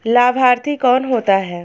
लाभार्थी कौन होता है?